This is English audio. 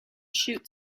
shoot